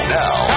now